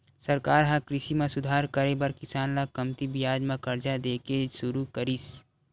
सरकार ह कृषि म सुधार करे बर किसान ल कमती बियाज म करजा दे के सुरू करिस